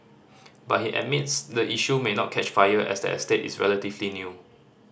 but he admits the issue may not catch fire as the estate is relatively new